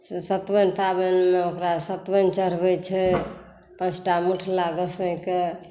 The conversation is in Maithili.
सतुआनि पाबनि ओकरा सतुआनि चढ़बै छै पाँचटा मूठला गसैके